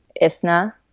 ISNA